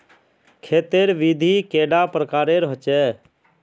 खेत तेर विधि कैडा प्रकारेर होचे?